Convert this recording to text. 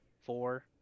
four